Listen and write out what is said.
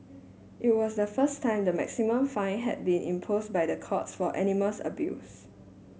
it was the first time the maximum fine had been imposed by the courts for animas abuse